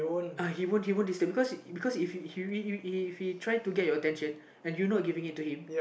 uh he won't he won't disturb because because if you if he try to get your attention and you not giving it to him